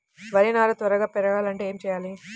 వరి నారు త్వరగా పెరగాలంటే ఏమి చెయ్యాలి?